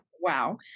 wow